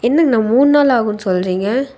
என்னங்கண்ணா மூணு நாள் ஆகும்னு சொல்கிறீங்க